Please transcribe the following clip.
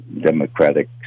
democratic